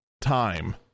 Time